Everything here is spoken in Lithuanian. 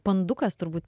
pandukas turbūt